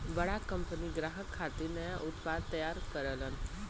बड़ा कंपनी ग्राहक खातिर नया उत्पाद तैयार करलन